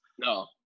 no